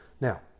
now